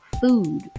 food